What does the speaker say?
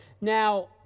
Now